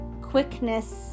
quickness